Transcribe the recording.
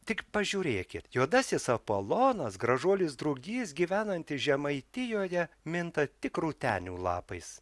tik pažiūrėkit juodasis apolonas gražuolis drugys gyvenantis žemaitijoje minta tik rūtenių lapais